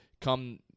come